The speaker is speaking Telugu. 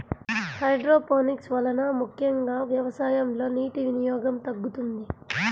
హైడ్రోపోనిక్స్ వలన ముఖ్యంగా వ్యవసాయంలో నీటి వినియోగం తగ్గుతుంది